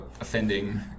offending